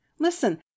Listen